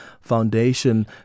Foundation